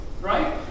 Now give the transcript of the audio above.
right